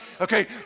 Okay